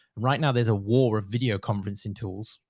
right now there's a war of video conferencing tools.